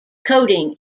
coding